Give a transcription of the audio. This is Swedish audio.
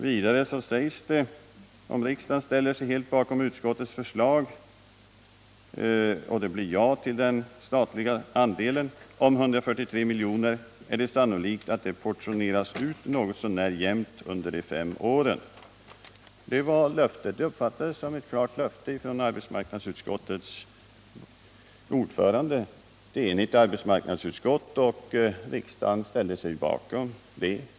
Vidare sades det att om riksdagen ställer sig helt bakom utskottets förslag och det blir ett ja till den statliga andelen om 143 milj.kr., är det sannolikt att pengarna portioneras ut något så när jämnt under de fem åren. Jag uppfattade detta såsom ett klart löfte från ett enigt arbetsmarknadsutskotts ordförande. Riksdagen ställde sig också bakom detta förslag.